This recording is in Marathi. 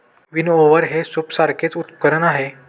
विनओवर हे सूपसारखेच उपकरण आहे